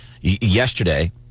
Yesterday